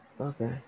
Okay